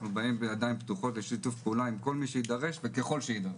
אנחנו באים בידיים פתוחות ושיתוף פעולה עם כל מי שידרוש וכל מה שיידרש.